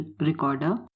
recorder